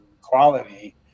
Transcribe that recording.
quality